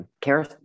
Care